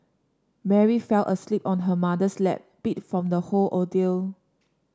Mary fell asleep on her mother's lap beat from the whole ordeal